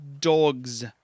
dogs